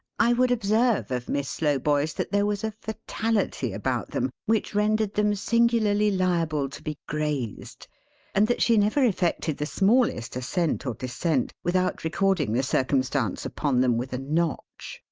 i would observe of miss slowboy's that there was a fatality about them which rendered them singularly liable to be grazed and that she never effected the smallest ascent or descent, without recording the circumstance upon them with a notch,